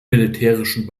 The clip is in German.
militärischen